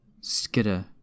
Skitter